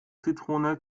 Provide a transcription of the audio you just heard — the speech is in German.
zitrone